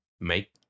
make